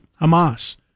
Hamas